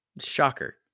Shocker